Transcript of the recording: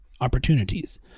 opportunities